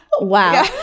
Wow